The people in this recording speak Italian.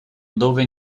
dove